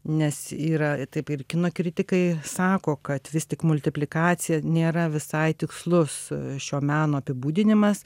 nes yra taip ir kino kritikai sako kad vis tik multiplikacija nėra visai tikslus šio meno apibūdinimas